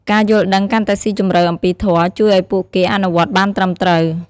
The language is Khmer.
ការយល់ដឹងកាន់តែស៊ីជម្រៅអំពីធម៌ ជួយឱ្យពួកគេអនុវត្តបានត្រឹមត្រូវ។